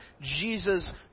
Jesus